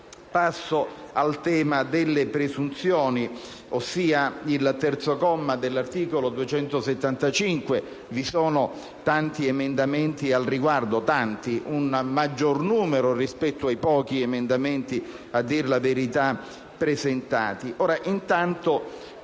Passo al tema delle presunzioni, ossia al terzo comma dell'articolo 275. Vi sono tanti emendamenti al riguardo o, meglio, un maggior numero rispetto ai pochi emendamenti presentati.